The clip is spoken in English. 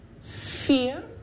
Fear